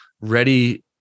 ready